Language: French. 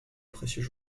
précieux